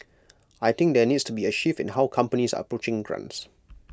I think there needs to be A shift in how companies are approaching grants